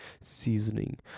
seasoning